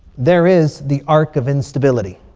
there is the arc of instability.